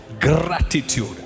gratitude